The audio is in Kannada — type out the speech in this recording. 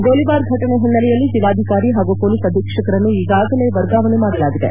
ಗೋಲಿಬಾರ್ ಫಟನೆ ಹಿನ್ನೆಲೆಯಲ್ಲಿ ಜಿಲ್ಲಾಧಿಕಾರಿ ಹಾಗೂ ಪೊಲೀಸ್ ಅಧೀಕ್ಷಕರನ್ನು ಈಗಾಗಲೇ ವರ್ಗಾವಣೆ ಮಾಡಲಾಗಿದೆ